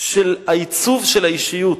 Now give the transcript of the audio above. של העיצוב של האישיות,